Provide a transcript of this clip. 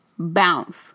bounce